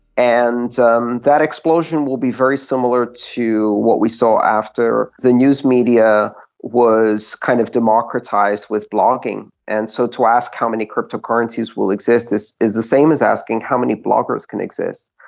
and um that explosion will be very similar to what we saw after the news media was kind of democratised with blogging. and so to ask how many cryptocurrencies will exist is is the same as asking how many bloggers can exist.